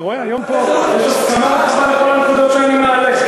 היום יש פה הסכמה רחבה על כל הנקודות שאני מעלה.